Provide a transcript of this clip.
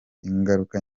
ingaruka